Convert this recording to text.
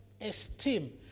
Esteem